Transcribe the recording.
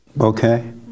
Okay